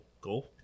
go